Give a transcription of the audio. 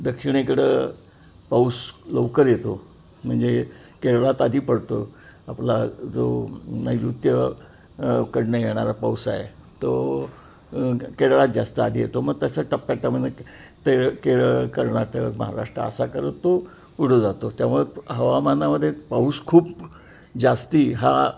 दक्षिणेकडं पाऊस लवकर येतो म्हणजे केरळात आधी पडतो आपला जो नैऋत्य कडून येणारा पाऊस आहे तो केरळात जास्त आधी येतो मग तसं टप्प्याटप्प्यानं तेळ केरळ कर्नाटक महाराष्ट्र असा करत तो पुढं जातो त्यामुळे हवामानामध्ये पाऊस खूप जास्त हा